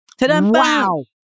Wow